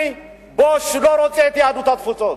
אני בוש, לא רוצה את יהדות התפוצות.